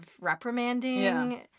reprimanding